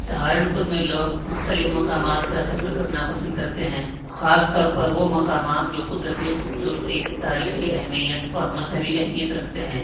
سہارنپور میں لوگ مختلف مقامات کا سفر کرنا پسند کرتے ہیں خاص طور پر وہ مقامات جو قدرتی خوبصورتی تاریخی اہمیت اور مذہبی اہمیت رکھتے ہیں